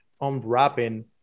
unwrapping